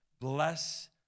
bless